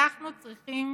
אנחנו צריכים,